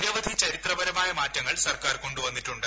നിരവധി ചരിത്രപരമായ മാറ്റങ്ങൾ സർക്കാർ കൊണ്ടുവന്നിട്ടുണ്ട്